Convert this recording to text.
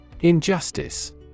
Injustice